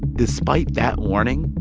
despite that warning,